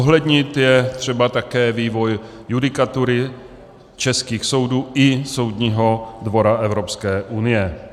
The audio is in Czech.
Zohlednit je třeba také vývoj judikatury českých soudů i Soudního dvora Evropské unie.